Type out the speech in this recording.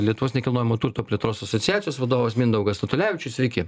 lietuvos nekilnojamo turto plėtros asociacijos vadovas mindaugas statulevičius sveiki